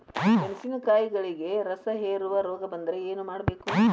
ಮೆಣಸಿನಕಾಯಿಗಳಿಗೆ ರಸಹೇರುವ ರೋಗ ಬಂದರೆ ಏನು ಮಾಡಬೇಕು?